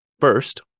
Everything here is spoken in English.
First